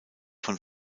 von